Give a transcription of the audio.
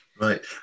right